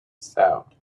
sound